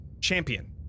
champion